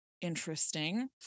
interesting